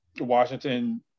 Washington